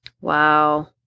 Wow